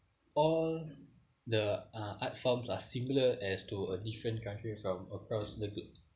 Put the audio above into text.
all the uh art forms are similar as to a different country from across the glo~